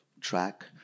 track